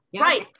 right